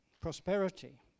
prosperity